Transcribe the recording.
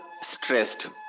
stressed